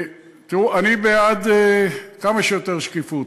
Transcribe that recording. תראו, אני בעד כמה שיותר שקיפות.